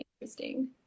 interesting